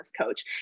coach